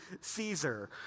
Caesar